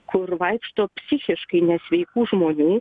kur vaikšto psichiškai nesveikų žmonių